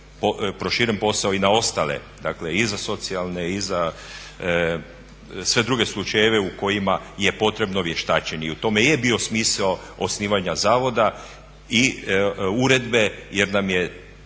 proširen posao i na ostale. Dakle, i za socijalne i za sve druge slučajeve u kojima je potrebno vještačenje. I u tome je bio smisao osnivanja zavoda i uredbe jer nam je